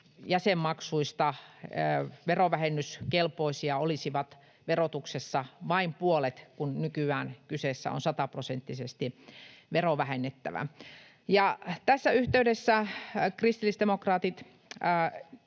ay-jäsenmaksuista verovähennyskelpoisia olisi verotuksessa vain puolet, kun nykyään kyseessä on sataprosenttisesti verovähennettävä. Tässä yhteydessä kristillisdemokraatit